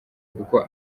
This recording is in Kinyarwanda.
kuko